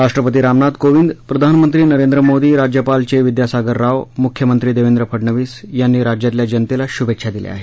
राष्ट्रपती रामनाथ कोविंद प्रधानमंत्री नरेंद्र मोदी राज्यपाल चे विद्यासागर राव मुख्यमंत्री देवेंद्र फडणवीस यांनी राज्यातल्या जनतेला शुभेच्छा दिल्या आहेत